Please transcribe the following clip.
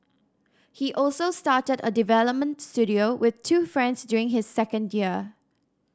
he also started a development studio with two friends during his second year